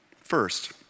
First